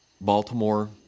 Baltimore